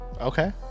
Okay